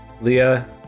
leah